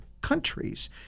countries